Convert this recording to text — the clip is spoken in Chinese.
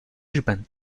日本